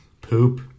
poop